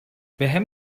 بهم